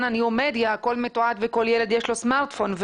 הניו-מדיה הכול מתועד וכל ילד יש לו סמארטפון,